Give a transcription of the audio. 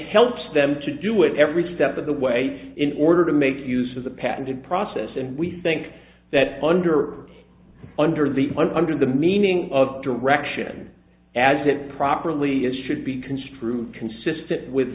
helps them to do it every step of the way in order to make use of the patented process and we think that under under the under the meaning of direction as it properly it should be construed consistent with